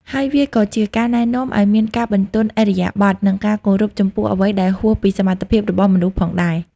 ហើយវាក៏ជាការណែនាំឱ្យមានការបន្ទន់ឥរិយាបថ និងការគោរពចំពោះអ្វីដែលហួសពីសមត្ថភាពរបស់មនុស្សផងដែរ។